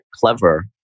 clever